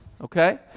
Okay